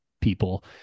people